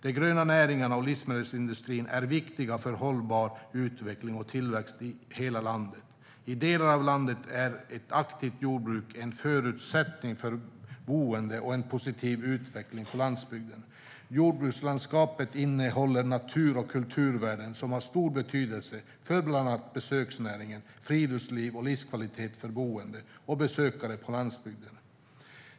De gröna näringarna och livsmedelsindustrin är viktiga för hållbar utveckling och tillväxt i hela landet. I delar av landet är ett aktivt jordbruk en förutsättning för boende och för en positiv utveckling på landsbygden. Jordbrukslandskapet innehåller natur och kulturvärden som har stor betydelse för bland annat besöksnäring, friluftsliv och livskvalitet för boende och besökare på landsbygden.